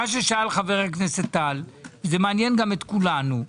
השאלה ששאל חבר הכנסת טל מעניין את כולנו.